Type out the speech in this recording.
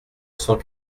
cent